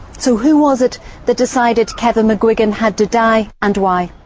so who was it that decided kevin mcguigan had to die, and why?